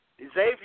Xavier